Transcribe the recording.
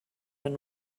and